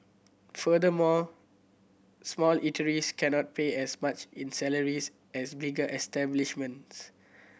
furthermore small eateries cannot pay as much in salaries as bigger establishments